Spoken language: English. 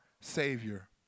Savior